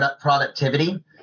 productivity